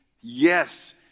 yes